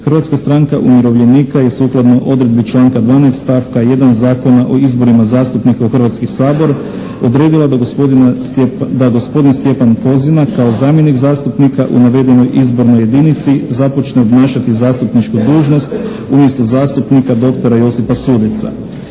Hrvatska stranka umirovljenika je sukladno odredbi članka 12., stavka 1. Zakona o izborima zastupnika u Hrvatski sabor odredila da gospodina, da gospodin Stjepan Kozina kao zamjenik zastupnika u navedenoj izbornoj jedinici započne obnašati zastupničku dužnost umjesto zastupnika doktora Josipa Sudeca.